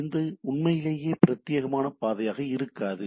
இது உண்மையிலேயே பிரத்தியேகமான பாதையாக இருக்காது